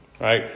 Right